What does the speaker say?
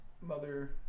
mother